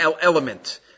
element